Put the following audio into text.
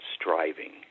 striving